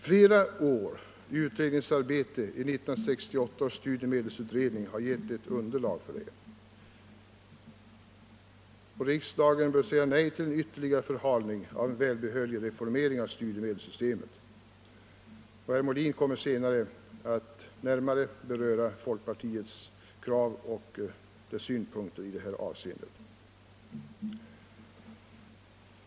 Flera års utredningsarbete i 1968 års studiemedelsutredning har gett underlag för det. Riksdagen bör säga nej till en ytterligare förhalning av en välbehövlig reformering av studiemedelssystemet. Herr Molin kommer senare att närmare beröra folkpartiets krav och synpunkter i detta avseende.